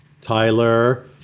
Tyler